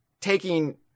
taking